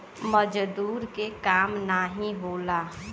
मजदूर के काम नाही होला